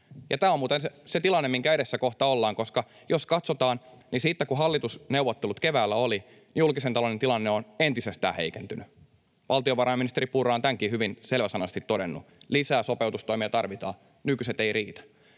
Tämä on muuten se tilanne, minkä edessä kohta ollaan, koska jos katsotaan, niin siitä, kun hallitusneuvottelut keväällä olivat, julkisen talouden tilanne on entisestään heikentynyt. Valtiovarainministeri Purra on tämänkin hyvin selväsanaisesti todennut: lisää sopeutustoimia tarvitaan, nykyset eivät riitä.